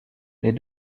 les